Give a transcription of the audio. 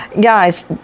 Guys